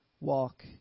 walk